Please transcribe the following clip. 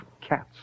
cats